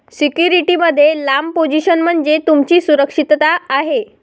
security मध्ये लांब position म्हणजे तुमची सुरक्षितता आहे